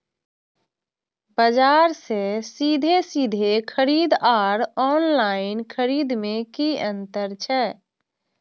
बजार से सीधे सीधे खरीद आर ऑनलाइन खरीद में की अंतर छै?